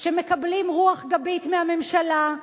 שמקבלים רוח גבית מהממשלה,